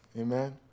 amen